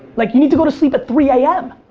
like you need to go to sleep at three a m.